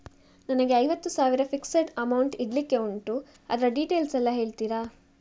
ನನಗೆ ಐವತ್ತು ಸಾವಿರ ಫಿಕ್ಸೆಡ್ ಅಮೌಂಟ್ ಇಡ್ಲಿಕ್ಕೆ ಉಂಟು ಅದ್ರ ಡೀಟೇಲ್ಸ್ ಎಲ್ಲಾ ಹೇಳ್ತೀರಾ?